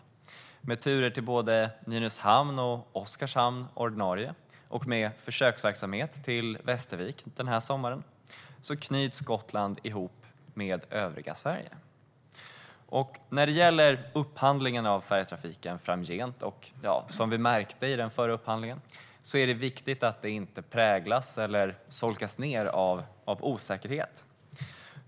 Med ordinarie turer till både Nynäshamn och Oskarshamn och med försöksverksamhet till Västervik den här sommaren knyts Gotland ihop med övriga Sverige. När det gäller upphandlingen av färjetrafiken framgent märkte vi i den förra upphandlingen att det är viktigt att den inte präglas eller solkas ned av osäkerhet.